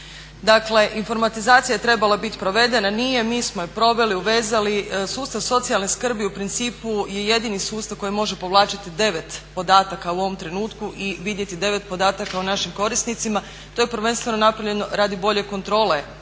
Dakle, informatizacija je trebala biti provedena, nije. Mi smo je proveli, uvezali. Sustav socijalne skrbi u principu je jedini sustav koji može povlačiti 9 podataka u ovom trenutku i vidjeti 9 podataka o našim korisnicima. To je prvenstveno napravljeno radi bolje kontrole